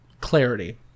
clarity